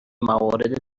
موارد